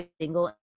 single